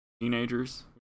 teenagers